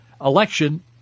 election